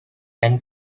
and